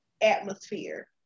atmosphere